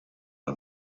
una